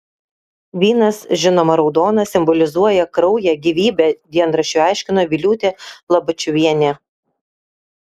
vynas žinoma raudonas simbolizuoja kraują gyvybę dienraščiui aiškino viliūtė lobačiuvienė